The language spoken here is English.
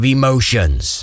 emotions